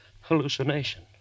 hallucination